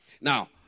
Now